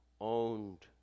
owned